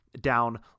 down